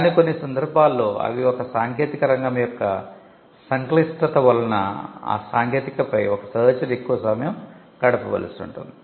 కానీ కొన్ని సందర్భాల్లో అవి ఒక సాంకేతిక రంగం యొక్క సంక్లిష్టత వలన ఆ సాంకేతికతపై ఒక సెర్చర్ ఎక్కువ సమయం గడపవలసి ఉంటుంది